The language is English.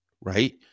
right